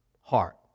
heart